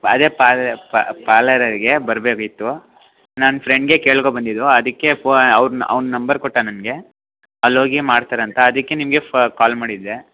ಅದೇ ಪಾರ್ಲರಿಗೆ ಬರಬೇಕಿತ್ತು ನನ್ನ ಫ್ರೆಂಡಿಗೆ ಕೇಳ್ಕೊ ಬಂದಿದ್ದು ಅದಕ್ಕೆ ಪೋ ಅವ್ರು ಅವ್ನು ಅವರ ನಂಬರ್ ಕೊಟ್ಟ ನನಗೆ ಅಲ್ಹೋಗಿ ಮಾಡ್ತಾರಂತ ಅದಕ್ಕೆ ನಿಮಗೆ ಫ ಕಾಲ್ ಮಾಡಿದ್ದೆ